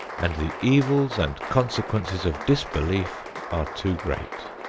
and the evils and consequences of disbelief are too great.